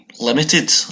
limited